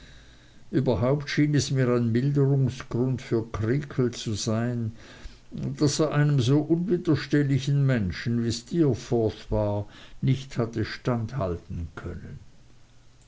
überhaupt schien es mir ein milderungsgrund für creakle zu sein daß er einem so unwiderstehlichen menschen wie steerforth war nicht hatte standhalten können